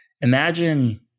imagine